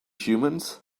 humans